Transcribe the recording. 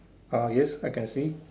ah yes I can see